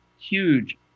huge